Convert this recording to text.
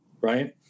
Right